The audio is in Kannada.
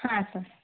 ಹಾಂ ಸರ್